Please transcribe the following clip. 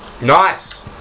Nice